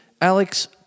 Alex